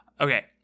Okay